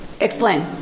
Explain